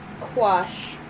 Quash